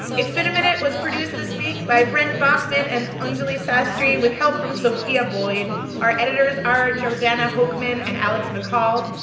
it's been a minute was produced this week by brent baughman and anjuli sastry with help from sophia boyd. our editors are jordana hochman and alex mccall.